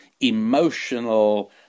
emotional